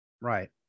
Right